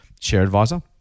ShareAdvisor